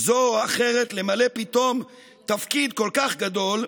זו או אחרת למלא פתאום תפקיד כל כך גדול,